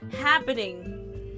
happening